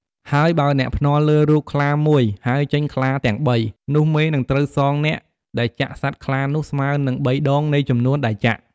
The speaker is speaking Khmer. ហើយបើអ្នកភ្នាល់លើរូបខ្លាមួយហើយចេញខ្លាទាំងបី នោះមេនឹងត្រូវសងអ្នកដែលចាក់សត្វខ្លានោះស្មើនឹង ៣ដង នៃចំនួនដែលចាក់។